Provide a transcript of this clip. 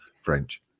French